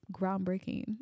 groundbreaking